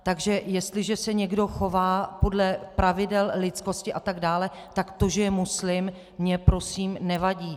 Takže jestliže se někdo chová podle pravidel lidskosti atd., tak to, že je muslim, mně prosím nevadí.